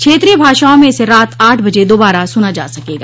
क्षेत्रीय भाषाओं में इसे रात आठ बजे दोबारा सुना जा सकेगा